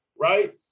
right